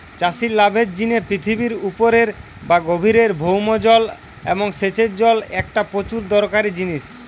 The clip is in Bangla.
চাষির লাভের জিনে পৃথিবীর উপরের বা গভীরের ভৌম জল এবং সেচের জল একটা প্রচুর দরকারি জিনিস